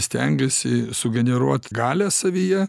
stengėsi sugeneruot galią savyje